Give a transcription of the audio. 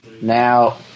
Now